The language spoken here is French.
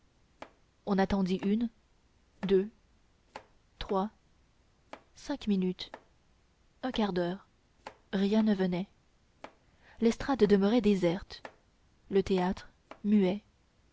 on attendit une deux trois cinq minutes un quart d'heure rien ne venait l'estrade demeurait déserte le théâtre muet